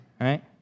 right